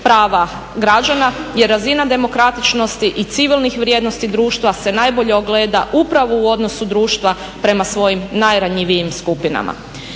prava građana. Jer razina demokratičnosti i civilnih vrijednosti društva se najbolje ogleda upravo u odnosu društva prema svojim najranjivijim skupinama.